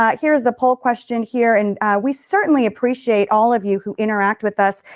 ah here is the poll question here. and we certainly appreciate all of you who interact with us.